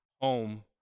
home